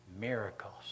miracles